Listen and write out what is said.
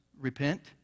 repent